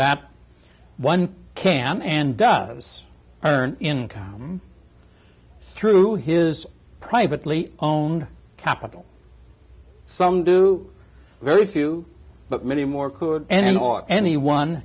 that one can and does earn income through his privately own capital some do very few but many more could end or anyone